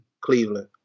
Cleveland